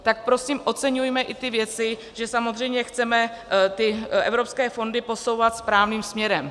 Tak prosím oceňujme i ty věci, že samozřejmě chceme ty evropské fondy posouvat správným směrem.